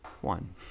one